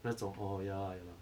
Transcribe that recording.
那种 orh ya lah ya lah